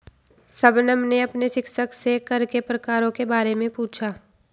शबनम ने अपने शिक्षक से कर के प्रकारों के बारे में पूछा